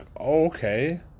okay